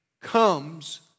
comes